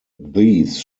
these